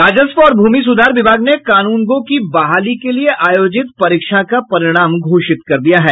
राजस्व और भूमि सुधार विभाग ने कानूनगो की बहाली के लिए आयोजित परीक्षा का परिणाम घोषित कर दिया है